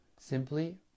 Simply